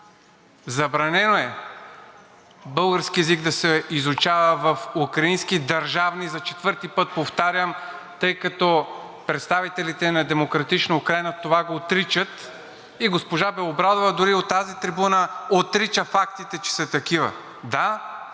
забранено е българският език да се изучава в украински държавни училища, за четвърти път повтарям, тъй като представителите на „Демократична Украйна“ това го отричат и госпожа Белобрадова дори от тази трибуна отрича фактите, че са такива. Да,